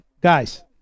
guys